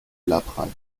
laprade